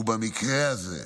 ובמקרה הזה,